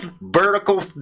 vertical